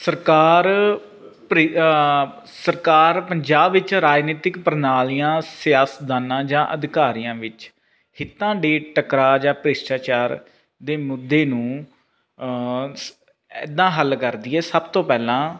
ਸਰਕਾਰ ਪਰੀ ਸਰਕਾਰ ਪੰਜਾਬ ਵਿੱਚ ਰਾਜਨੀਤਿਕ ਪ੍ਰਣਾਲੀਆਂ ਸਿਆਸਤਦਾਨਾਂ ਜਾਂ ਅਧਿਕਾਰੀਆਂ ਵਿੱਚ ਹਿੱਤਾਂ ਦੇ ਟਕਰਾਅ ਜਾਂ ਭ੍ਰਿਸ਼ਟਾਚਾਰ ਦੇ ਮੁੱਦੇ ਨੂੰ ਇੱਦਾਂ ਹੱਲ ਕਰਦੀ ਹੈ ਸਭ ਤੋਂ ਪਹਿਲਾਂ